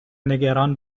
نگران